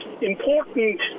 important